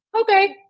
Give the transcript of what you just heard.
okay